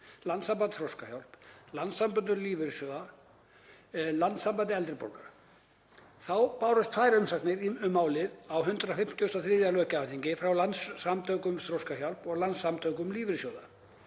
Landssamtökunum Þroskahjálp, Landssamtökum lífeyrissjóða og Landssambandi eldri borgara. Þá bárust tvær umsagnir um málið á 153. löggjafarþingi frá Landssamtökunum Þroskahjálp og Landssamtökum lífeyrissjóða.